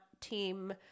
team